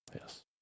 Yes